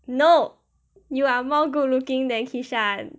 no you are more good looking than kishan